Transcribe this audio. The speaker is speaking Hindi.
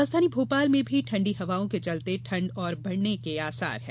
राजधानी भोपाल में भी ठंडी हवाओं के चलते ठंड और बड़ने के आसार हैं